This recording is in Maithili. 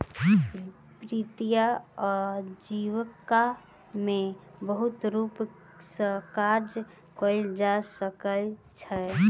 वित्तीय आजीविका में बहुत रूप सॅ काज कयल जा सकै छै